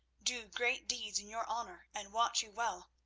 do great deeds in your honour and watch you well.